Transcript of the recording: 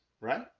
right